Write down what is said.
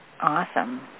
Awesome